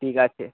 ঠিক আছে